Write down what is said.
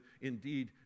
indeed